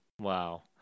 Wow